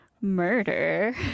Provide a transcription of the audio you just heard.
murder